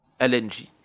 LNG